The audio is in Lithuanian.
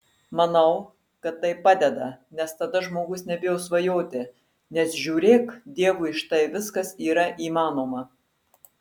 manau kad tai padeda nes tada žmogus nebijo svajoti nes žiūrėk dievui štai viskas yra įmanoma